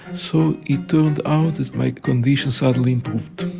so it turned out that my condition suddenly improved.